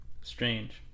Strange